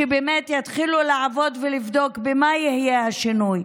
באמת יתחילו לעבוד ולבדוק במה יהיה השינוי.